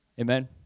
Amen